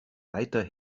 weiter